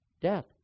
death